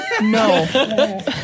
No